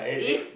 if